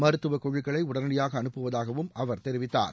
மருத்துவக் குழுக்களை உடனடியாக அனுப்புவதாகவும் அவர் தெரிவித்தார்